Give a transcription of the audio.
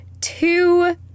two